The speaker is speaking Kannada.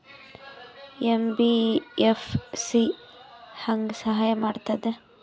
ಎಂ.ಬಿ.ಎಫ್.ಸಿ ಹೆಂಗ್ ಸಹಾಯ ಮಾಡ್ತದ?